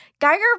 Geiger